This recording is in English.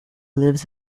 lives